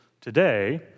today